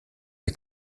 est